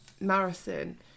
marathon